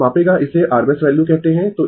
यह मापेगा इसे RMS वैल्यू कहते है